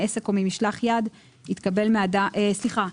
מעסק או ממשלח יד --- אתה צוחק,